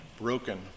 broken